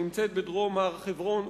שנמצאת בדרום הר-חברון,